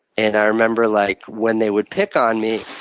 and i remember like when they would pick on me,